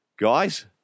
guys